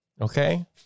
okay